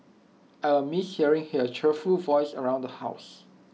I will miss hearing her cheerful voice around the house